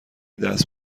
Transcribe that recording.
دست